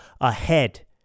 ahead